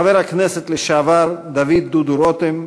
גם חבר הכנסת לשעבר דוד דודו רותם,